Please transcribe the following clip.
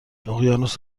اقیانوس